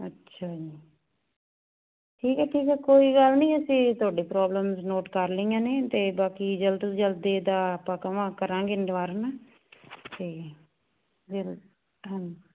ਅੱਛਾ ਠੀਕ ਹੈ ਠੀਕ ਹੈ ਕੋਈ ਗੱਲ ਨਹੀਂ ਅਸੀਂ ਤੁਹਾਡੇ ਪ੍ਰੋਬਲਮਸ ਨੋਟ ਕਰ ਲਈਆਂ ਨੇ ਅਤੇ ਬਾਕੀ ਜਲਦ ਤੋਂ ਜਲਦ ਇਹਦਾ ਆਪਾਂ ਕਵਾਂ ਕਰਾਂਗੇ ਇਨਵਰਨ ਅਤੇ ਹਾਂਜੀ